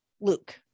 luke